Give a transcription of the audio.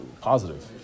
positive